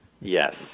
Yes